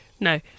No